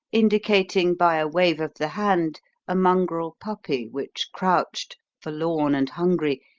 indicating by a wave of the hand a mongrel puppy which crouched, forlorn and hungry,